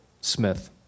Smith